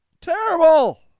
terrible